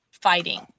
fighting